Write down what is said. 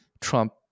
Trump